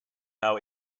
how